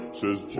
says